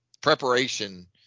preparation